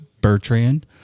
Bertrand